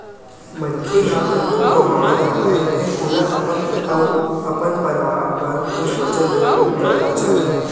मनखे ह कतको कमावत राहय फेर ओला अपन अउ अपन परवार बर कुछ बचत घलोक करना चाही